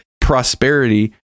prosperity